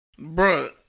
Bruh